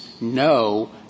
no